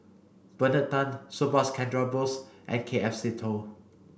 Bernard Tan Subhas Chandra Bose and K F Seetoh